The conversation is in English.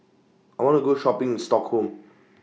I wanna Go Shopping in Stockholm